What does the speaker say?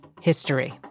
history